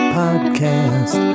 podcast